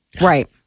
Right